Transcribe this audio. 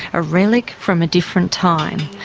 a relic from a different time.